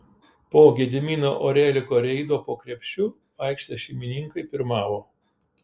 po gedimino oreliko reido po krepšiu aikštės šeimininkai pirmavo